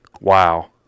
Wow